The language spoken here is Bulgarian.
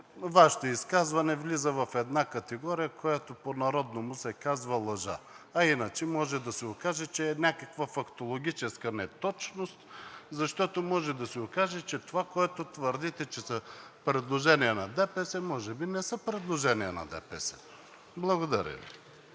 Вашето изказване влиза в една категория, която по народному се казва лъжа, а иначе може да се окаже, че е някаква фактологическа неточност. Защото може да се окаже, че това, което твърдите, че са предложения на ДПС, може би не са предложения на ДПС. Благодаря Ви.